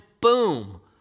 boom